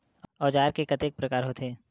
औजार के कतेक प्रकार होथे?